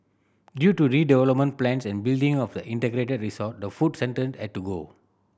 due to redevelopment plans and building of the integrated resort the food had to go